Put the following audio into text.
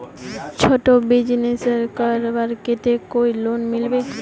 छोटो बिजनेस करवार केते कोई लोन मिलबे?